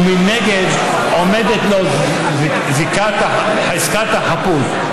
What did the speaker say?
ומנגד, עומדת לו חזקת החפות.